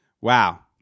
Wow